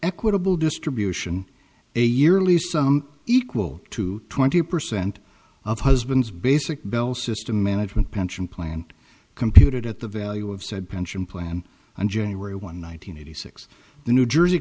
equitable distribution a yearly some equal to twenty percent of husband's basic bell system management pension plan computed at the value of said pension plan on january one thousand nine hundred eighty six the new jersey